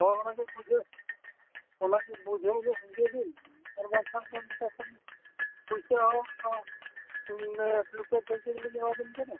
ᱦᱳᱭ ᱚᱱᱟᱫᱚ ᱵᱩᱡᱷᱟᱹᱜ ᱚᱱᱟᱫᱚ ᱵᱩᱡᱷᱟᱹᱣ ᱧᱚᱜ ᱜᱮᱭᱟᱵᱤᱱ ᱯᱩᱭᱥᱟ ᱦᱚᱸ ᱮᱢᱟᱵᱤᱱ ᱠᱟᱱᱟ